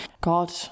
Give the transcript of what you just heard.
god